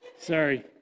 Sorry